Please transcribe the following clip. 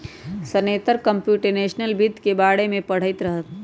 Satender computational वित्त के बारे में पढ़ईत रहन